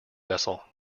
vessel